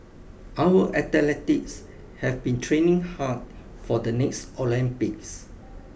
our athletes have been training hard for the next Olympics